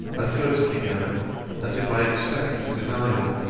i first began as if i expected a denial,